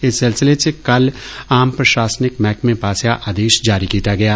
इस सिलसिले च कल आम प्रषासनिक मैहकमें पास्सेआ आदेष जारी कीता गेआ